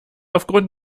aufgrund